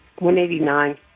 189